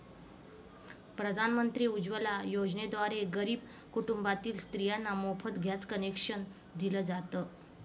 प्रधानमंत्री उज्वला योजनेद्वारे गरीब कुटुंबातील स्त्रियांना मोफत गॅस कनेक्शन दिल जात